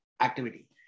activity